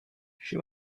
she